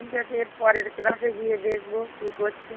ঠিক আছে এর পরের ক্লাসে গিয়ে দেখব কী করছে